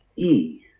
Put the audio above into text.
e.